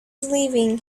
leaving